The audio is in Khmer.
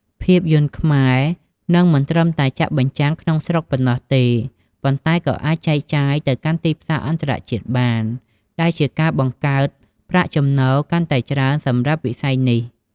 ភាពយន្តខ្មែរនឹងមិនត្រឹមតែចាក់បញ្ចាំងក្នុងស្រុកប៉ុណ្ណោះទេ ប៉ុន្តែក៏អាចចែកចាយទៅកាន់ទីផ្សារអន្តរជាតិបាន ដែលជាការ បង្កើតប្រាក់ចំណូលកាន់តែច្រើនសម្រាប់វិស័យនេះ។